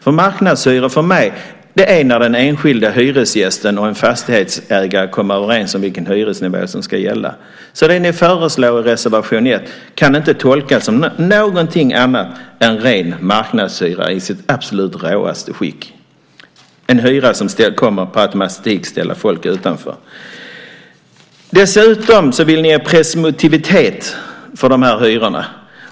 För mig innebär marknadshyror att den enskilde hyresgästen och en fastighetsägare kommer överens om vilken hyresnivå som ska gälla. Det ni föreslår i reservation 1 kan inte tolkas som något annat än ren marknadshyra i sitt absolut råaste skick. Det är en hyra som med automatik ställer folk utanför. Ni vill dessutom ha presumtivitet för de här hyrorna.